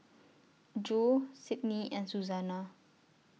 Jule Sydnie and Suzanna